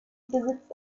besitzt